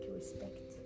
respect